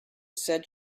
said